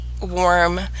warm